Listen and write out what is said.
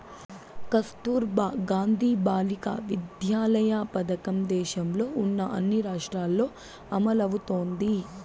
కస్తుర్బా గాంధీ బాలికా విద్యాలయ పథకం దేశంలో ఉన్న అన్ని రాష్ట్రాల్లో అమలవుతోంది